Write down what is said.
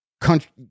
country